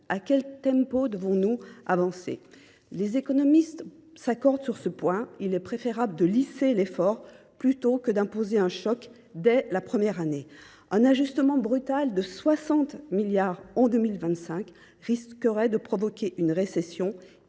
À quel tempo devons nous avancer ? Les économistes s’accordent sur un point : il est préférable de lisser l’effort plutôt que d’imposer un choc dès la première année. Un ajustement brutal de 60 milliards d’euros en 2025 risquerait de provoquer une récession,